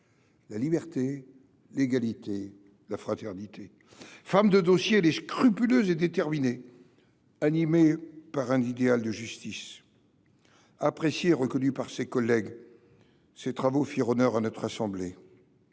la liberté, l’égalité, la fraternité. Femme de dossiers, elle est scrupuleuse et déterminée, animée par un idéal de justice. Femme appréciée et reconnue par ses collègues, elle mène des travaux qui font honneur à notre assemblée.